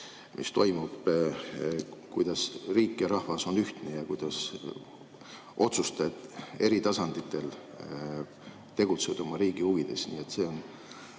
toimub: kuidas riik ja rahvas on ühtne ja kuidas otsustajad eri tasanditel tegutsevad oma riigi huvides. See on